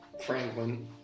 franklin